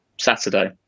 Saturday